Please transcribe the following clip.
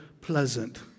pleasant